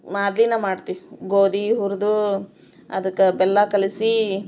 ಮಾದಲಿನ ಮಾಡ್ತೀವಿ ಗೋಧಿ ಹುರಿದು ಅದಕ್ಕೆ ಬೆಲ್ಲ ಕಲ್ಸಿ